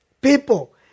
people